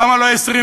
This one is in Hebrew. למה לא 25?